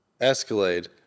Escalade